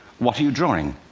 what are you drawing?